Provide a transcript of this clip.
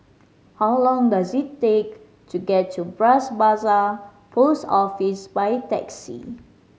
how long does it take to get to Bras Basah Post Office by taxi